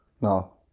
No